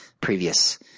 previous